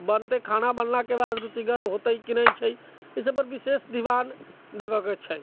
बनते खाना बनलाके बाद रुचिगर होइते कि नहि छै एहि सभ पर विशेष ध्यान देबाक छै